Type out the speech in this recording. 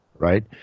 Right